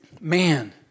Man